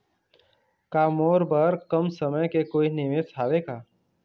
का मोर बर कम समय के कोई निवेश हावे का?